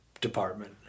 department